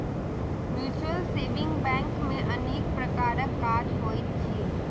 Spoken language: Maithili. म्यूचुअल सेविंग बैंक मे अनेक प्रकारक काज होइत अछि